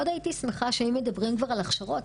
הייתי שמחה שאם מדברים כבר על הכשרות,